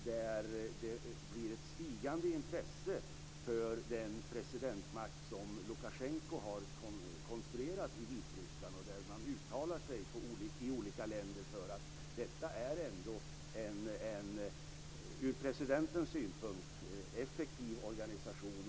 Det finns där ett stigande intresse för den presidentmakt som Lukasjenko har konstruerat i Vitryssland, och man uttalar sig i olika länder för att det är en ur presidentens synpunkt effektiv organisation.